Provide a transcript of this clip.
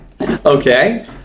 Okay